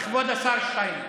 כבוד השר שטייניץ,